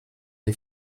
les